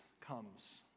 comes